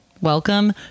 Welcome